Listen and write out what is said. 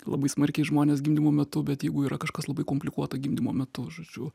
labai smarkiai žmones gimdymo metu bet jeigu yra kažkas labai komplikuota gimdymo metu žodžiu